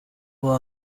will